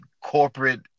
Corporate